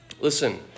Listen